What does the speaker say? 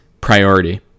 priority